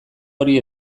hori